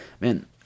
Man